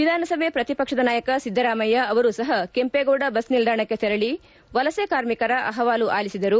ವಿಧಾನಸಭೆ ಪ್ರತಿಪಕ್ಷದ ನಾಯಕ ಸಿದ್ಧರಾಮಯ್ಕ ಅವರೂ ಸಹ ಕೆಂಪೇಗೌಡ ಬಸ್ ನಿಲ್ದಾಣಕ್ಕೆ ತೆರಳಿ ವಲಸೆ ಕಾರ್ಮಿಕರ ಅಹವಾಲು ಅಲಿಸಿದರು